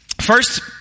First